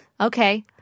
Okay